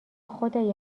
خدای